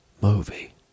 movie